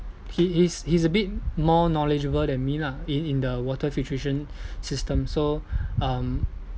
he he's a bit more knowledgeable than me lah in in the water filtration system so um